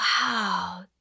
Wow